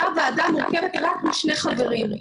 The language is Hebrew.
אותה ועדה מורכבת רק משני חברים,